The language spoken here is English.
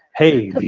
hey,